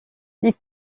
les